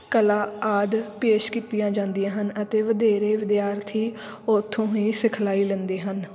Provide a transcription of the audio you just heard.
ਕਲਾ ਆਦਿ ਪੇਸ਼ ਕੀਤੀਆਂ ਜਾਂਦੀਆਂ ਹਨ ਅਤੇ ਵਧੇਰੇ ਵਿਦਿਆਰਥੀ ਉੱਥੋਂ ਹੀ ਸਿਖਲਾਈ ਲੈਂਦੇ ਹਨ